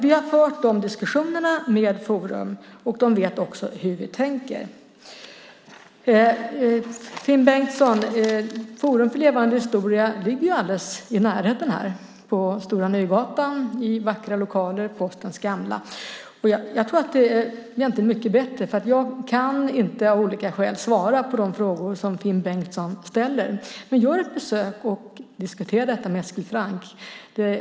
Vi har fört diskussionerna med Forum, och de vet också hur vi tänker. Forum för levande historia ligger alldeles i närheten här på Stora Nygatan i vackra lokaler, postens gamla. Jag kan av olika skäl inte svara på de frågor som Finn Bengtsson ställer, men gör ett besök och diskutera detta med Eskil Franck.